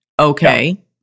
Okay